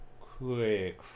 quick